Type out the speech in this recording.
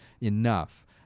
enough